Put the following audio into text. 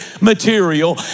material